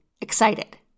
excited